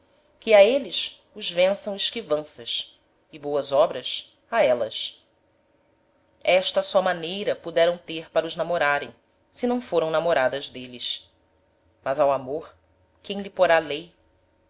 que a êles os vençam esquivanças e boas obras a élas esta só maneira puderam ter para os namorarem se não foram namoradas d'êles mas ao amor quem lhe porá lei